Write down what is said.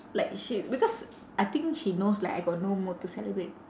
like she because I think she knows like I got no mood to celebrate